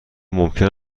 ممکن